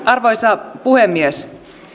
arvoisa puhemies